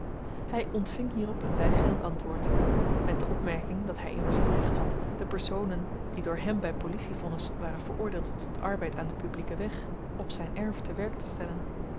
hy ontving hierop een weigerend antwoord met de opmerking dat hy immers t recht had de personen die door hem by policievonnis waren veroordeeld tot arbeid aan den publieken weg op zyn erf te werk te stellen